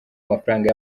amafaranga